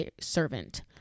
servant